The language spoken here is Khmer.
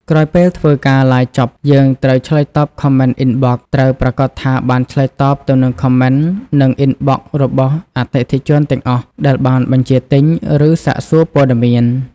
ក្រោយពេលធ្វើការឡាយចប់យើងត្រូវឆ្លើយតប Comment Inbox ត្រូវប្រាកដថាបានឆ្លើយតបទៅនឹង Comment និង Inbox របស់អតិថិជនទាំងអស់ដែលបានបញ្ជាទិញ ឬសាកសួរព័ត៌មាន។